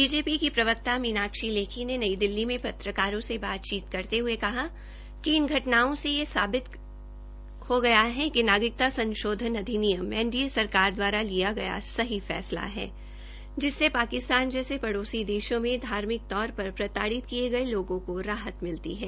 BJP की प्रवक्ता मीनाक्षी लेखी ने नई दिल्ली में पत्रकारों से बातचीत करते हुए कहा कि इन घटनाओं ने यह साबित हो गया है कि नागरिकता संशोधन अधिनियम एनडीए सरकार द्वारा लिखा गया सही फैसला है जिससे पाकिस्तान जैसे पड़ोसी देश में धार्मिक तौर पर प्रताड़ित किए गए लोगों को राहत मिलती है